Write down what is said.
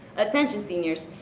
attention seniors,